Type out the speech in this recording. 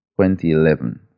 2011